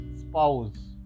spouse